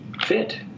fit